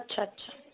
अच्छा अच्छा